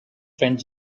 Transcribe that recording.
friend